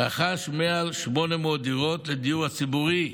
רכש מעל 800 דירות לדיור הציבורי,